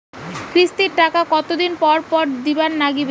কিস্তির টাকা কতোদিন পর পর দিবার নাগিবে?